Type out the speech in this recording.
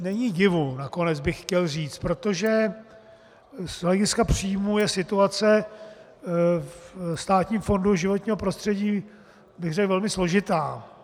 Není divu, nakonec bych chtěl říct, protože z hlediska příjmů je situace Státního fondu životního prostředí velmi složitá.